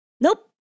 Nope